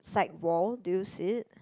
side wall do you see it